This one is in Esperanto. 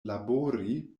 labori